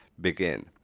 begin